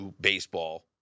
baseball